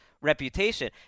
Reputation